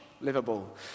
Livable